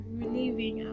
relieving